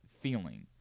feeling